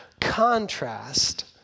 contrast